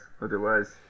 Otherwise